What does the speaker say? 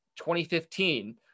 2015